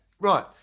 right